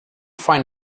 find